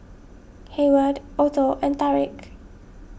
Hayward Otho and Tarik